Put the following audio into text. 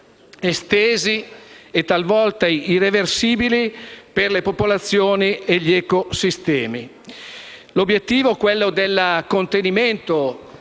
estesi e talvolta irreversibili per le popolazioni e gli ecosistemi. L'obiettivo del contenimento